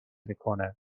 میکنه